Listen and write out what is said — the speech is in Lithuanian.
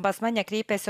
pas mane kreipėsi